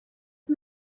its